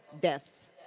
death